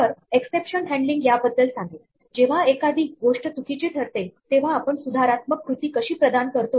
तर exception handling याबद्दल सांगेल जेव्हा एखादी गोष्ट चुकीची ठरते तेव्हा आपण सुधारात्मक कृती कशी प्रदान करतो